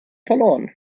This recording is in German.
verloren